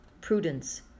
prudence